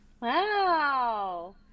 Wow